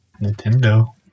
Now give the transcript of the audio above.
Nintendo